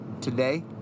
today